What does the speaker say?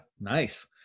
Nice